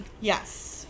Yes